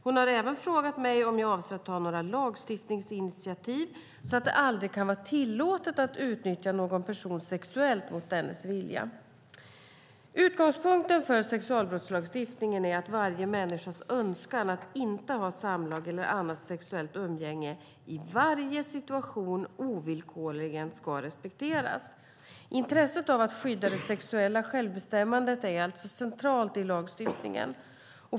Hon har även frågat mig om jag avser att ta några lagstiftningsinitiativ så att det aldrig kan vara tillåtet att utnyttja någon person sexuellt mot dennes vilja. Utgångspunkten för sexualbrottslagstiftningen är att varje människas önskan att inte ha samlag eller annat sexuellt umgänge i varje situation ovillkorligen ska respekteras. Intresset av att skydda det sexuella självbestämmandet är alltså centralt i lagstiftningen.